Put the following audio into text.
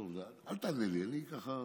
אל תענה לי, אני ככה,